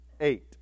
eight